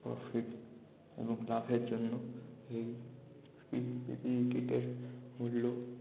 profit এবং লাভের জন্য এই পি পি ই কিটের মূল্য